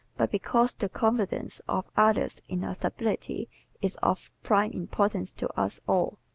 but because the confidence of others in our stability is of prime importance to us all,